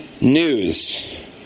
news